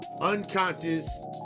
unconscious